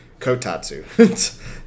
Kotatsu